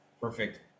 perfect